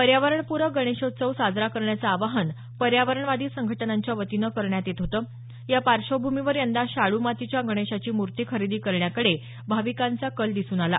पर्यावरणपूरक गणेशोत्सव साजरा करण्याचं आवाहन पर्यावरणवादी संघटनांच्यावतीनं करण्यात येत होतं या पार्श्वभूमीवर यंदा शाडू मातीच्या गणेशाची मूर्ती खरेदी करण्याकडे भाविकांचा कल दिसून आला